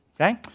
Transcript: okay